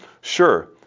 Sure